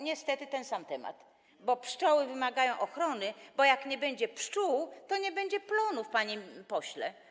Niestety to ten sam temat, bo pszczoły wymagają ochrony, bo jak nie będzie pszczół, to nie będzie plonów, panie pośle.